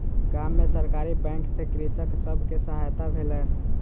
गाम में सरकारी बैंक सॅ कृषक सब के सहायता भेलैन